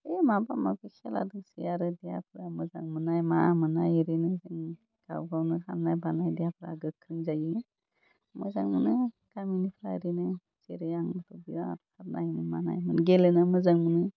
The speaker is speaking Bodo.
होइ माबा माबि खेला दंसोयो आरो देहाफ्रा मोजां मोननाय मा मोननाय ओरैनो जों गाव गावनो खारनाय बारनाय देहाफ्रा गोख्रों जायो मोजां मोनो गामिनिफ्राय ओरैनो जेरै आंबो बिरात खारनो हायोमोन मानो हायोमोन गेलेनो मोजां मोनो